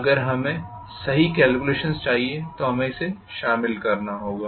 अगर हमें सही कॅल्क्युलेशन्स चाहिए तो हमें इसे शामिल करना होगा